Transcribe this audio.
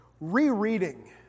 rereading